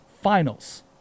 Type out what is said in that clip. Finals